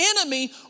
enemy